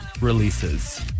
releases